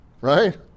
Right